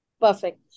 Perfect